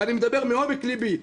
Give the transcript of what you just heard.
אני מדבר מעומק לבי.